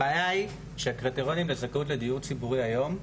הבעיה היא שהקריטריונים לדיור ציבורי היום,